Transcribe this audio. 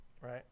right